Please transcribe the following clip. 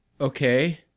Okay